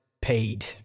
paid